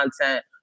content